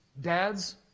Dads